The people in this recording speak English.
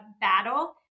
battle